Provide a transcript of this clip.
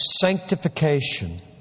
sanctification